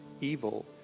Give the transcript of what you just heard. evil